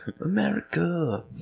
America